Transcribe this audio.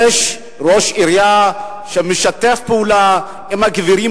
שיש ראש עירייה שמשתף פעולה עם הגבירים